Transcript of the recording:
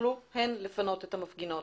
שיכלו הן לפנות את המפגינות.